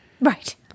Right